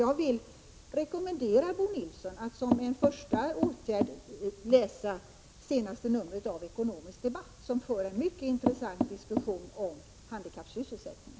Jag vill rekommendera Bo Nilsson att som en första åtgärd läsa senaste numret av Ekonomisk Debatt, där det förs en mycket intressant diskussion om handikappsysselsättning.